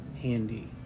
handy